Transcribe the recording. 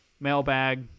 Mailbag